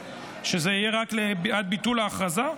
שזה יהיה רק עד ביטול ההכרזה?